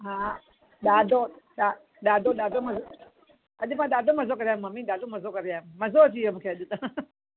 हा ॾाढो ॾा ॾाढो ॾाढो मज़ो अॼु मां ॾाढो मज़ो करे आयमि मम्मी ॾाढो मज़ो करे आयमि मज़ो अची वियो मूंखे अॼु त